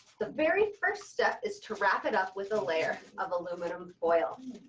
the very first step is to wrap it up with a layer of aluminum foil.